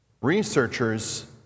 Researchers